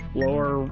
lower